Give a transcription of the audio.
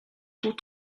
tous